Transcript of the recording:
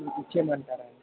ఇచ్చెయ్యమంటారా అండి